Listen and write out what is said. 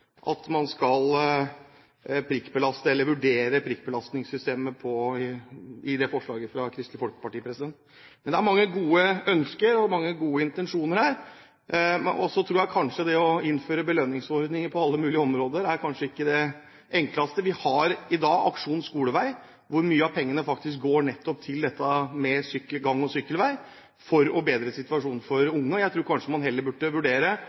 mange gode ønsker og mange gode intensjoner her. Jeg tror kanskje det å innføre belønningsordninger på alle mulige områder ikke er det enkleste. Vi har i dag Aksjon skolevei, hvor mye av pengene faktisk går nettopp til gang- og sykkelvei for å bedre situasjonen for unge, og jeg tror kanskje man heller burde vurdere